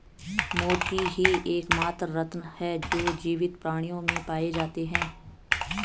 मोती ही एकमात्र रत्न है जो जीवित प्राणियों में पाए जाते है